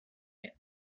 end